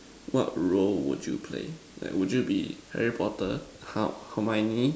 what role would you play like would you be Harry Potter har~ harmony